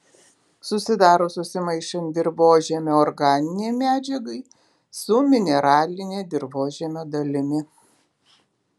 susidaro susimaišant dirvožemio organinei medžiagai su mineraline dirvožemio dalimi